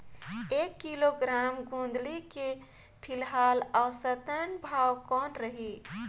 एक किलोग्राम गोंदली के फिलहाल औसतन भाव कौन रही?